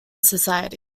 societies